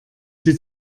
sie